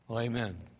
Amen